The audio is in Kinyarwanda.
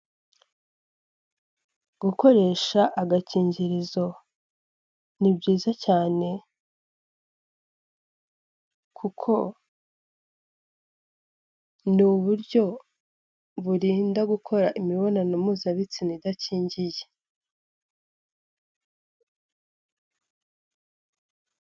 Gukoresha agakingirizo ni byiza cyane kuko ni uburyo burinda gukora imibonano mpuzabitsina idakingiye.